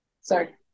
Sorry